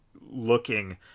looking